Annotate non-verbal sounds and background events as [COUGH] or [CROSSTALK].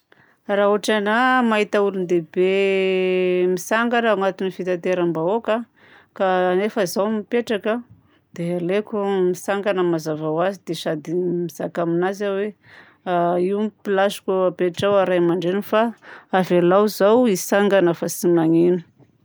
Raha ôtranahy mahita olon-dehibe mitsangana agnatin'ny fitateram-bahoaka, ka [HESITATION] nefa zaho mipetraka dia aleoko mitsangana mazava ho azy dia sady mizaka aminazy aho hoe [HESITATION] io ny place-ko ipetraho ray aman-dreny fa avelao zaho hitsangana fa tsy maninona.